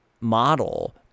model